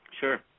Sure